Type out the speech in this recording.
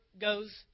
goes